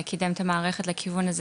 זה קידם את המערכת לכיוון הזה,